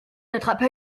attrapa